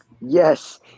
Yes